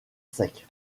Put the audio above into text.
sec